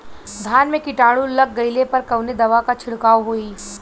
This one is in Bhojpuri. धान में कीटाणु लग गईले पर कवने दवा क छिड़काव होई?